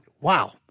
wow